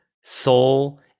soul